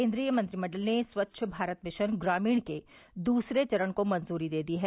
केंद्रीय मंत्रिमंडल ने स्वच्छ भारत मिशन ग्रामीण के द्सरे चरण को मंजूरी दे दी है